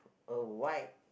a white